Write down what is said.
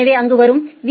எனவே அங்கு வரும் வி